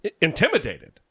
intimidated